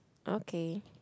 okay